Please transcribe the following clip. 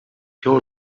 your